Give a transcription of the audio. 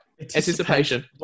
Anticipation